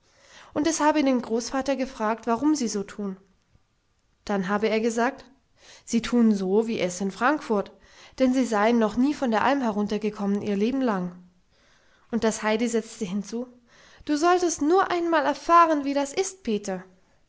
und es habe den großvater gefragt warum sie so tun dann habe er gesagt sie tun so wie es in frankfurt denn sie seien noch nie von der alm heruntergekommen ihr leben lang und das heidi setzte hinzu du solltest nur einmal erfahren wie das ist peter